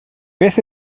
beth